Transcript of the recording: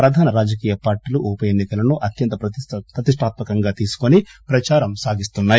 ప్రధాన రాజకీయ పార్టీలు ఈ ఉప ఎన్ని కలను అత్యంత ప్రతిష్టాత్మ కంగా తీసుకోని ప్రచారం సాగిస్తున్నాయి